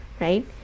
right